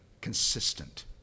consistent